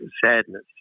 sadness